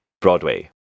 Broadway